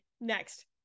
next